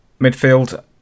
midfield